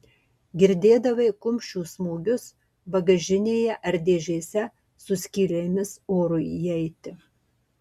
girdėdavai kumščių smūgius bagažinėje ar dėžėse su skylėmis orui įeiti